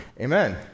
amen